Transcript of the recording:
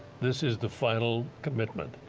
this is the final commitment.